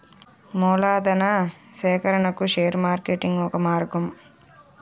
మూలధనా సేకరణకు share marketing ఒక మార్గం